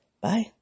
Bye